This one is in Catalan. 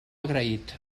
agraït